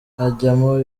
hajyamo